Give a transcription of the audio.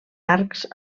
arcs